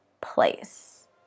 place